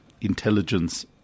intelligence